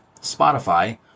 Spotify